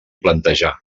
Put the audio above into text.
plantejar